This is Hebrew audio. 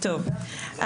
לימור סון הר מלך (עוצמה יהודית): טוב,